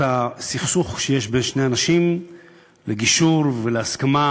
הסכסוך שיש בין שני אנשים לגישור ולהסכמה,